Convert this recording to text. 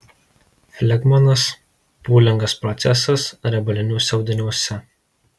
flegmonas pūlingas procesas riebaliniuose audiniuose